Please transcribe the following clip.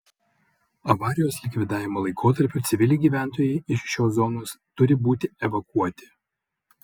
avarijos likvidavimo laikotarpiu civiliai gyventojai iš šios zonos turi būti evakuoti